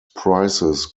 prices